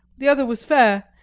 the other was fair,